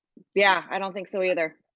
yeah, i don't think so either.